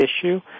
issue